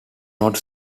not